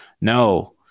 no